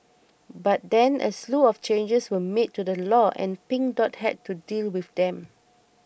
but then a slew of changes were made to the law and Pink Dot had to deal with them